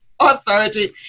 authority